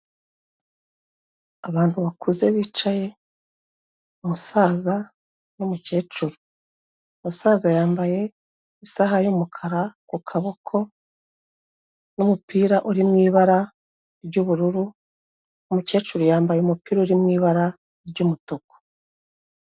Abantu bakuze bicaye, umusaza n'umukecuru. Umusaza yambaye isaha y'umukara ku kaboko, n'umupira uri mu ibara ry'ubururu, umukecuru yambaye umupira uri mu ibara ry'umutuku.